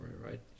right